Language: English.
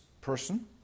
person